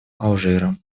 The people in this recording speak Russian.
алжира